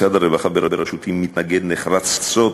כי משרד הרווחה בראשותי מתנגד נחרצות